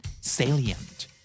salient